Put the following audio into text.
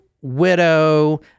widow